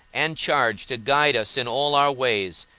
and charge to guide us in all our ways,